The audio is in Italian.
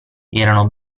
erano